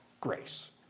grace